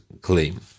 claim